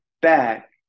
back